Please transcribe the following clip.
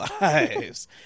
lives